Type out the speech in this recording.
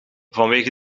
vanwege